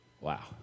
Wow